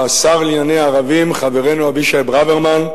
לשר לענייני ערבים, חברנו אבישי ברוורמן.